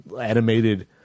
animated